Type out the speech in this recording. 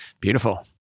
Beautiful